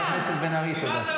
חברת הכנסת בן ארי, תודה.